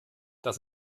das